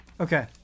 Okay